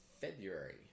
february